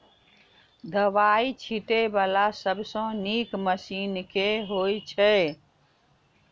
दवाई छीटै वला सबसँ नीक मशीन केँ होइ छै?